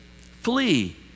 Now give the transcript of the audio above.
flee